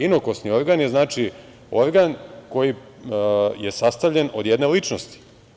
Inokosni organ je organ koji je sastavljen od jedne ličnosti.